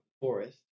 forest